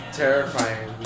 terrifying